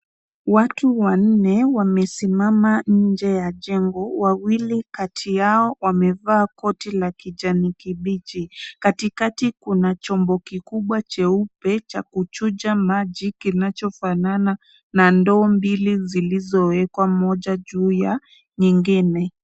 Watu wanne wamesimama nje ya jengo. Wawili kati yao wamevaa koti la kijani kibichi. Katikati kuna chombo kikubwa cheupe cha kuchuja maji, kinachofanana na ndoo mbili zilizowekwa moja juu ya nyingine.